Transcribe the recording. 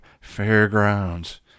fairgrounds